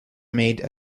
made